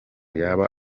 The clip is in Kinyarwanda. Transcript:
yaba